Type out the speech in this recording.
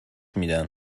میدن